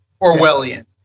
Orwellian